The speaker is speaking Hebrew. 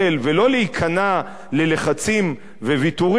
ולא להיכנע ללחצים וויתורים,